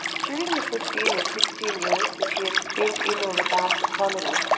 during the fifteen or sixteen years which he had spent in or about the colony,